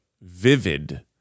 vivid